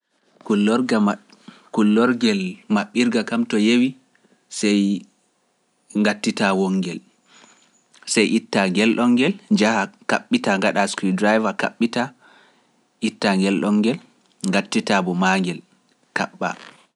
Kullorgal maɓɓirgal kam to yeewi sey ngattita wongel, sey itta ngel ɗongel, njaha kaɓɓita ngaɗa skriwee ndura ɗa kaɓɓita itta ngel ɗongel, ngattitabo ma ngel kaɓɓa.